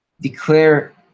declare